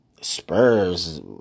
spurs